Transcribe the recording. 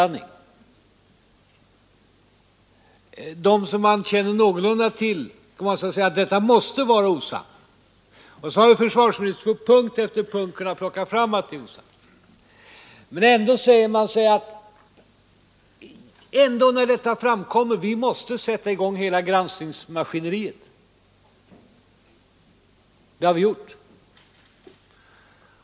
I sådana fall som man känner någorlunda till kan man förklara att detta måste vara osanning. Försvarsministern har också på punkt efter punkt kunnat visa att det och det är osanning. Men när sådana beskyllningar förs fram måste vi ändå sätta i gång hela granskningsmaskineriet, och det har vi gjort.